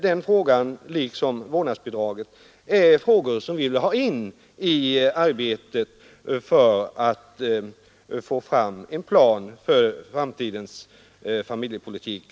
Den frågan liksom frågan om vårdnadsbidraget vill vi ha in i arbetet på att få fram en plan för uppbyggnaden av framtidens familjepolitik.